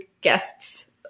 guests